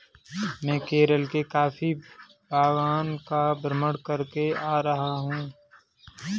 मैं केरल के कॉफी बागान का भ्रमण करके आ रहा हूं